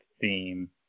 theme